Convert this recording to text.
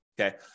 Okay